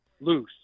loose